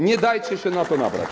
Nie dajcie się na to nabrać.